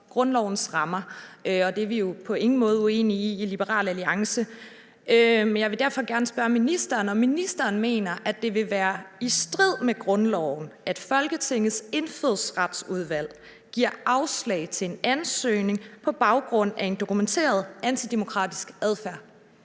grundlovens rammer, og det er vi jo på ingen måde uenige i i Liberal Alliance. Derfor jeg vil jeg gerne spørge ministeren, om ministeren mener, at det vil være i strid med grundloven, at Folketingets Indfødsretsudvalg giver afslag på en ansøgning på baggrund af en dokumenteret antidemokratisk adfærd?